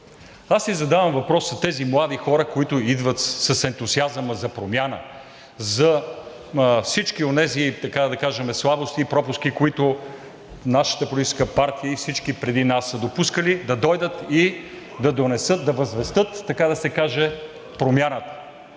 Аз си задавам въпроса – тези млади хора, които идват с ентусиазма за промяна, за всички онези, така да кажем, слабости и пропуски, които нашата политическа партия и всички преди нас са допускали, да дойдат и да донесат, да възвестят, така да се каже, Промяната,